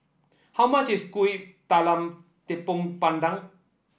how much is Kuih Talam Tepong Pandan